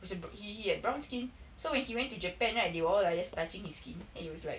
he was a br~ he he had brown skin so when he went to japan right they were all like just touching his skin and he was like